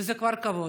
וזה כבר כבוד.